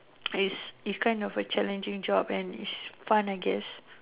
this is kind of a challenging job and it's fun I guess